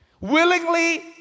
willingly